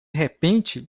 repente